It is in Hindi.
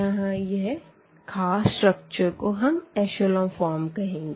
यहाँ यह खास स्ट्रक्चर को हम एशलों फ़ॉर्म कहेंगे